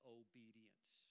obedience